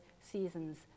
seasons